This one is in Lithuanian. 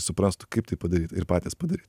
suprastų kaip tai padaryt ir patys padaryt